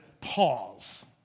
pause